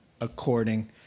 according